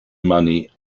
money